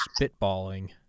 spitballing